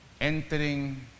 entering